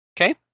okay